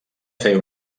fer